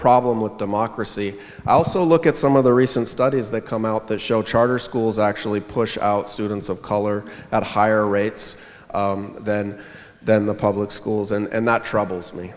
problem with democracy i also look at some of the recent studies that come out that show charter schools actually push out students of color at higher rates than than the public schools and that troubles me